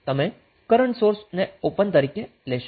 તમે current source open circuit તરીકે લેશો